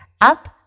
Up